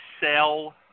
sell